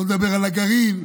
לא נדבר על הגרעין,